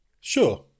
Sure